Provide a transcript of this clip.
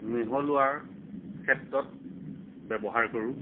মিহলোৱাৰ ক্ষেত্ৰত ব্য়ৱহাৰ কৰোঁ